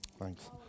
Thanks